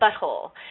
butthole